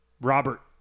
robert